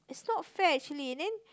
it's not fair actually and then